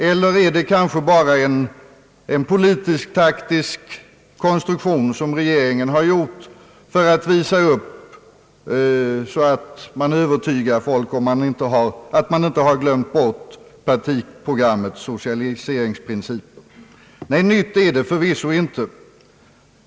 Eller är det kanske bara en politisk-taktisk konstruktion som regeringen har gjort för att visa upp och övertyga folk att man inte glömt bort partiprogrammets socialiseringsprincip? Nej, nytt är det förvisso inte.